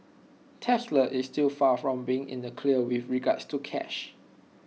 Tesla is still far from being in the clear with regards to cash